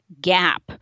gap